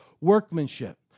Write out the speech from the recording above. workmanship